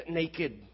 naked